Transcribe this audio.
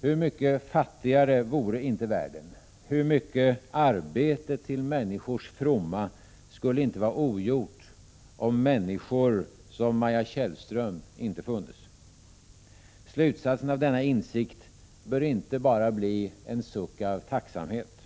Hur mycket fattigare vore inte världen, hur mycket arbete till människors fromma skulle inte ha varit ogjort, om människor som Maja Tjällström inte funnes! Slutsatsen av denna insikt bör inte bara bli en suck av tacksamhet.